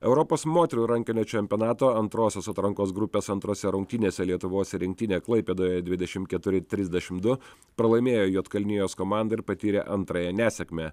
europos moterų rankinio čempionato antrosios atrankos grupės antrose rungtynėse lietuvos rinktinė klaipėdoje dvidešim keturi trisdešim du pralaimėjo juodkalnijos komandai ir patyrė antrąją nesėkmę